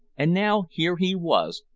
and now, here he was,